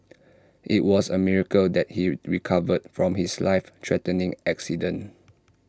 IT was A miracle that he recovered from his life threatening accident